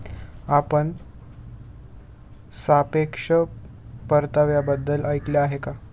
आपण सापेक्ष परताव्याबद्दल ऐकले आहे का?